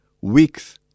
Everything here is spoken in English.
weeks